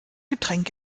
getränk